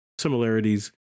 similarities